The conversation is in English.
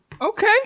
Okay